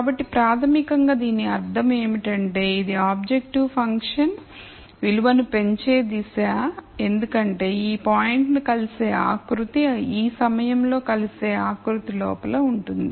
కాబట్టి ప్రాథమికంగా దీని అర్థం ఏమిటంటే ఇది ఆబ్జెక్టివ్ ఫంక్షన్ విలువను పెంచే దిశ ఎందుకంటే ఈ పాయింట్ను కలిసే ఆకృతి ఈ సమయంలో కలిసే ఆకృతి లోపల ఉంటుంది